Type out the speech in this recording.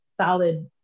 solid